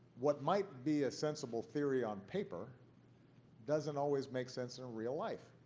what might be a sensible theory on paper doesn't always make sense in real life.